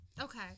Okay